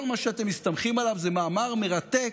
כל מה שאתם מסתמכים עליו זה מאמר מרתק,